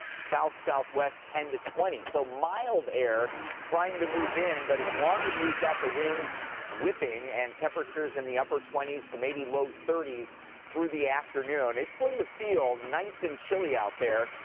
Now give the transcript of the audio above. south-southwest ten twenty. so mild air trying to move in. but as long as we've got the winds whipping and temperatures in the upper twenty s to maybe low thirty s through the afternoon, it's going to feel nice and chilly out there.